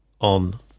on